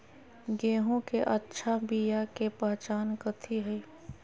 गेंहू के अच्छा बिया के पहचान कथि हई?